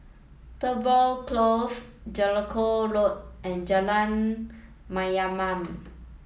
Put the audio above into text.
Tudor Close Jellicoe Road and Jalan Mayaanam